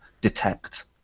detect